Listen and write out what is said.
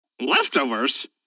Leftovers